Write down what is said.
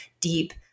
deep